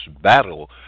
battle